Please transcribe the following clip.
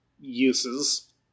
uses